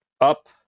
up